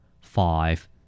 five